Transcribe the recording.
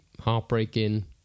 heartbreaking